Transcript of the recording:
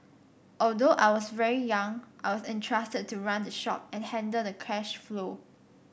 although I was very young I was entrusted to run the shop and handle the cash flow